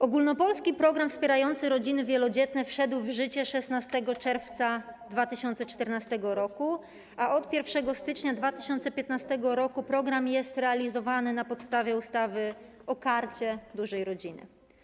Ogólnopolski program wspierający rodziny wielodzietne wszedł w życie 16 czerwca 2014 r., a od 1 stycznia 2015 r. program jest realizowany na podstawie ustawy o Karcie Dużej Rodziny.